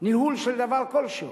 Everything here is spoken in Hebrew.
ניהול של דבר כלשהו.